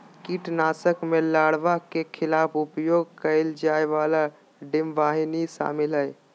कीटनाशक में लार्वा के खिलाफ उपयोग करेय जाय वाला डिंबवाहिनी शामिल हइ